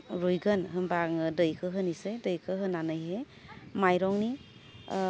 रुयगोन होमबा आङो दैखौ होनिसै दैखौ होनानैहाय माइरंनि